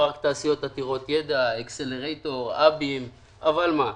פארק תעשיות ידע, אקסלרייטור, אבים, אבל מה?